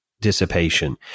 dissipation